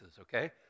okay